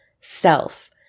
self